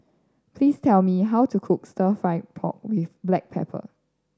please tell me how to cook Stir Fry pork with black pepper